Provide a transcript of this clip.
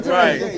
right